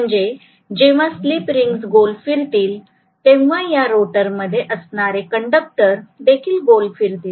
म्हणजे जेव्हा slip rings गोल फिरतील तेव्हा या रोटरमध्ये असणारे कंडक्टर देखील गोल फिरतील